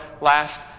last